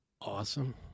awesome